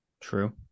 True